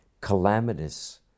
calamitous